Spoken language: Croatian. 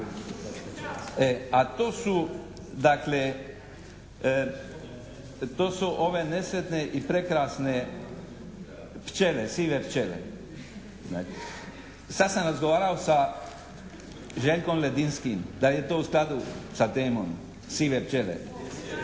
a to su dakle ove nesretne i prekrasne pčele, sive pčele. Sad sam razgovarao sa Željko Ledinskom da li je to u skladu sa …/Govornik se ne